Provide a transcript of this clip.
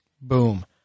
Boom